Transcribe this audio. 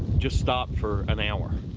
just stopped for an hour.